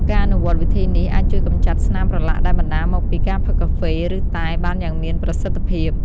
ការអនុវត្តវិធីនេះអាចជួយកម្ចាត់ស្នាមប្រឡាក់ដែលបណ្តាលមកពីការផឹកកាហ្វេ ឬតែបានយ៉ាងមានប្រសិទ្ធភាព។